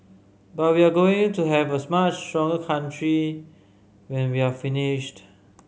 but we're going to have a much stronger country when we're finished